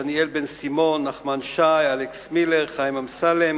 דניאל בן-סימון, נחמן שי, אלכס מילר, חיים אמסלם,